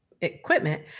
equipment